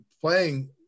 playing